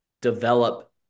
develop